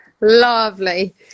Lovely